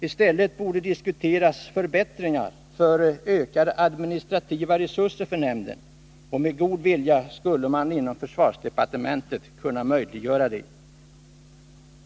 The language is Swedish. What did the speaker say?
I stället borde man diskutera förbättringar för ökade administrativa resurser för nämnden. Med god vilja skulle man inom försvarsdepartementet kunna möjliggöra detta.